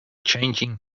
changing